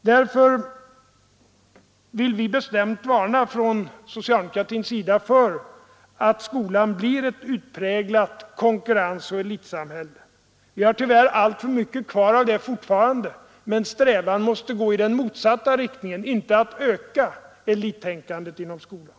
Därför vill vi från socialdemokratins sida bestämt varna för att skolan blir ett utpräglat konkurrensoch elitsamhälle. Vi har tyvärr alltför mycket kvar av detta fortfarande, men strävan måste gå i den motsatta riktningen, inte vara att öka elittänkandet inom skolan.